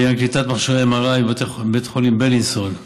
קליטת מכשירי MRI בבית החולים בילינסון.